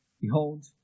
Behold